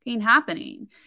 happening